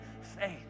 faith